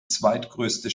zweitgrößte